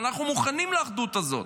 ואנחנו מוכנים לאחדות הזו,